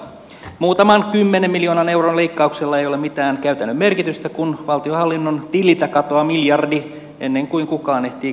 muutaman kymmenen miljoonan euron leikkauksilla ei ole mitään käytännön merkitystä kun valtionhallinnon tililtä katoaa miljardi ennen kuin kukaan ehtii kuittia kaivata